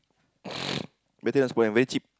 better than sportslink very cheap